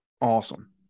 Awesome